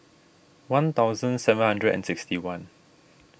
one thousand seven hundred and sixty one